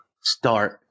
start